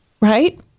right